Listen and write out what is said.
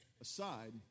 aside